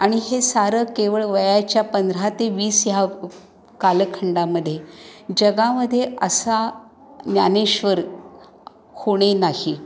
आणि हे सारं केवळ वयाच्या पंधरा ते वीस ह्या कालखंडामध्ये जगामध्ये असा ज्ञानेश्वर होणे नाही